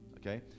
okay